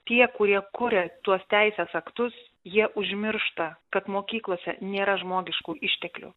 tie kurie kuria tuos teisės aktus jie užmiršta kad mokyklose nėra žmogiškų išteklių